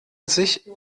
sich